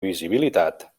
visibilitat